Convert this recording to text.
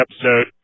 episode